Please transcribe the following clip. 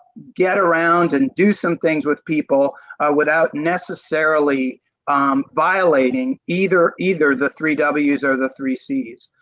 get around and do some things with people without necessarily um violating either either the three w's or the three c's.